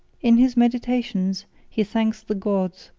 in his meditations, he thanks the gods,